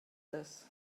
this